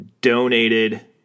donated